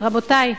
רבותי,